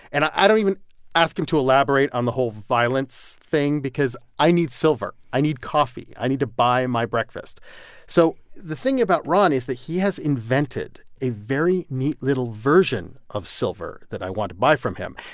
and i i don't even ask him to elaborate on the whole violence thing because i need silver. i need coffee. i need to buy my breakfast so the thing about ron is that he has invented a very neat little version of silver that i want to buy from him.